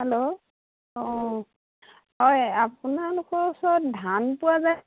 hello অঁ হয় আপোনালোকৰ ওচৰত ধান পোৱা যায়